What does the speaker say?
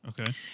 Okay